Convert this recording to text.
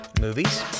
movies